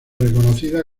reconocida